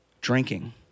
drinking